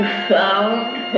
found